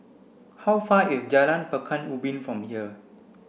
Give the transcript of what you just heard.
how far is Jalan Pekan Ubin from here